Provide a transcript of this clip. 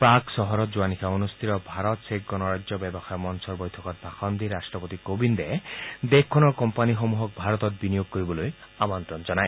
প্ৰাগ চহৰত যোৱানিশা অনুষ্ঠিত ভাৰত চেক গণৰাজ্য ব্যৱসায় মঞ্চৰ বৈঠকত ভাষণ দি ৰাট্টপতি কোৱিন্দে দেশখনৰ কোম্পানীসমূহক ভাৰতত বিনিয়োগ কৰিবলৈ আমন্ত্ৰণ জনায়